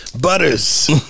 Butters